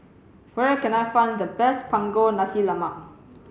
where can I find the best Punggol Nasi Lemak